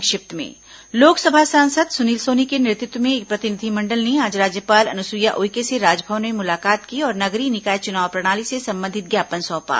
संक्षिप्त समाचार लोकसभा सांसद सुनील सोनी के नेतृत्व में एक प्रतिनिधिमंडल ने आज राज्यपाल अनुसुईया उइके से राजभवन में मुलाकात की और नगरीय निकाय चुनाव प्रणाली से संबंधित ज्ञापन सौंपा